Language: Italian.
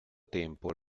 tempo